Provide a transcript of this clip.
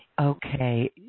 Okay